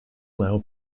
lou